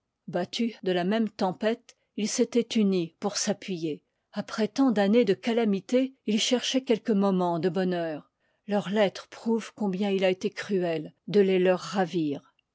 pambattus de la même tempête ils s'étoient unis pour s'appuyer après tant d'années de calamités ils cherchoient quelques momens de bonheur leurs lettres prouvent combien il a été cruel de les leur ravir